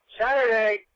saturday